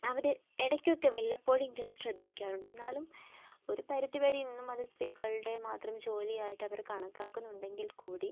അവർ ഇടക്ക് ഒക്കെ വല്ലപ്പോഴെങ്കിലും ശ്രദ്ധിക്കാറുണ്ട് എന്നാലും ഒരു പരിധിവരെ ഇന്നും അത് സ്ത്രീകളുടെ മാത്രം ജോലിയായിട്ട് അവർ കണക്കാക്കുന്നുണ്ടെങ്കിൽ കൂടി